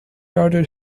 outed